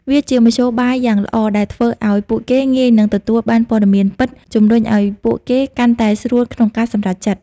វាជាមធ្យោយបាយយ៉ាងល្អ ដែលធ្វើឲ្យពួកគេងាយនិងទទួលបានព័ត៌មានពិត ជំរុញឲ្យពួកគេកាន់តែស្រួលក្នុងការសម្រេចចិត្ត។